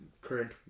current